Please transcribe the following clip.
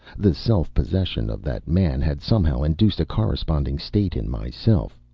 the self-possession of that man had somehow induced a corresponding state in myself.